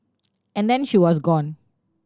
and then she was gone